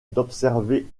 d’observer